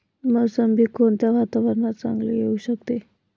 मोसंबी कोणत्या वातावरणात चांगली येऊ शकते?